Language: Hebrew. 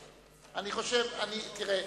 תראה,